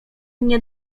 nie